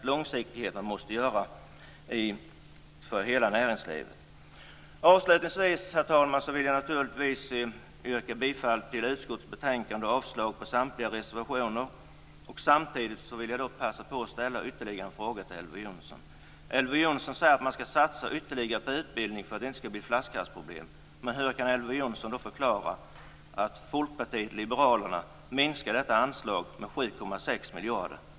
Långsiktigheten måste gälla för hela näringslivet. Avslutningsvis vill jag naturligtvis yrka bifall till utskottets hemställan och avslag på samtliga reservationer. Samtidigt skall jag passa på att ställa ytterligare en fråga till Elver Jonsson, som säger att man skall satsa ytterligare på utbildning för att det inte skall bli flaskhalsproblem. Hur kan Elver Jonsson förklara att Folkpartiet liberalerna minskar detta anslag med 7,6 miljarder?